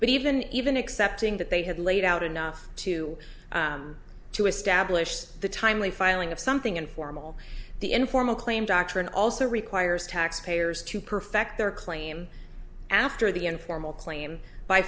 but even even accepting that they had laid out enough to to establish the timely filing of something informal the informal claim doctrine also requires taxpayers to perfect their claim after the informal claim by